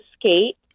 skate